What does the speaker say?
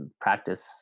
practice